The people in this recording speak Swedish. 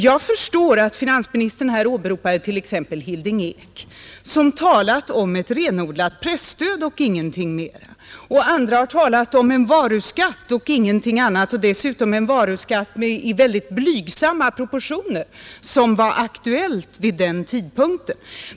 Jag förstår att finansministern här åberopar t.ex. Hilding Eek, som talat om ett renodlat presstöd och ingenting mera. Andra har talat om en varuskatt och ingenting annat och dessutom en varuskatt av ytterst blygsamma proportioner som var aktuell vid den tidpunkten.